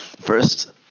First